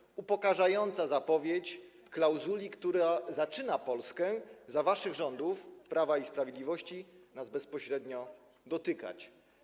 Jest to upokarzająca zapowiedź klauzuli, która zaczyna Polskę za waszych rządów, Prawa i Sprawiedliwości, bezpośrednio dotykać.